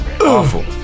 awful